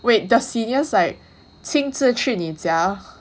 wait the seniors like 亲自去你家